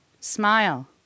smile